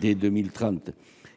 dès 2030.